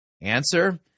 Answer